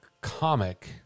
comic